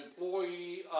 employee